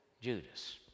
Judas